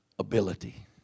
ability